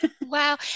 Wow